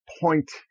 point